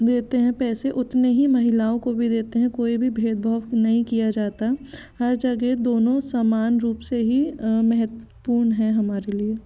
देते हैं पैसे उतने ही महिलाओं को भी देते हैं कोई भी भेदभाव नई किया जाता हर जगेह दोनों समान रूप से ही महत्वपूर्ण हैं हमारे लिए